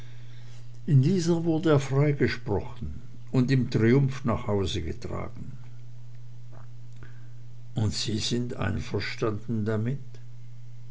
in dieser wurd er freigesprochen und im triumph nach hause getragen und sie sind einverstanden damit